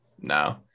No